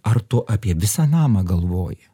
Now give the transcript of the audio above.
ar tu apie visą namą galvoji